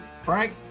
Frank